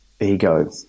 Ego